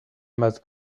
must